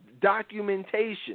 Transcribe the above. documentation